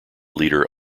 leader